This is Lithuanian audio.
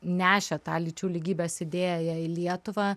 nešė tą lyčių lygybės idėją į lietuvą